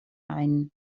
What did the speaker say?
ein